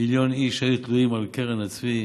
מיליון איש היו תלויים על קרן הצבי.